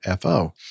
FO